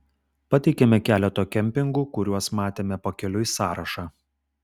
pateikiame keleto kempingų kuriuos matėme pakeliui sąrašą